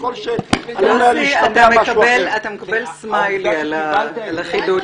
יוסי אתה מקבל סמיילי על החידוד הזה.